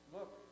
Look